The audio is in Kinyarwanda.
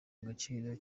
agaciro